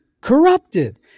corrupted